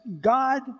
God